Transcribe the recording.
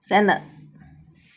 send 了